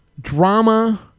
Drama